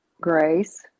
grace